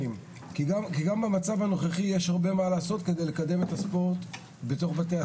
כי גם במצב הנוכחי יש הרבה מה לעשות כדי לקדם את הספורט בתוך בתי הספר.